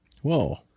Whoa